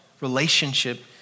relationship